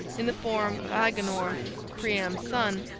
in the form of agenor, priam's son,